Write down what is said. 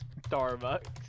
Starbucks